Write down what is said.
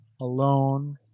alone